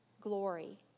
glory